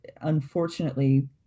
Unfortunately